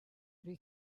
prie